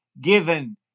given